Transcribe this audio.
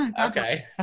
Okay